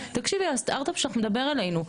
תקשיבי הסטרט-אפ שלך מדבר אלינו.